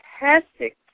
fantastic